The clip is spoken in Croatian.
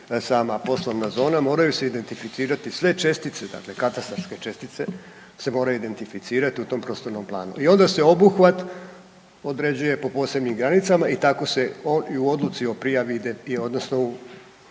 sama poslovna zona moraju se identificirati sve čestice dakle katastarske čestice se moraju identificirati u tom prostornom planu i onda se obuhvat određuje po posebnim granicama i tako se i u odluci o prijavi, odnosno